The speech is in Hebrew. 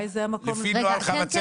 לפי נוהל חבצלת,